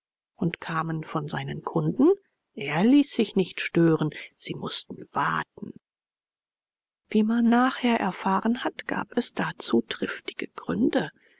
und kamen von seinen kunden er ließ sich nicht stören sie mußten warten wie man nachher erfahren hat gab es dazu triftige gründe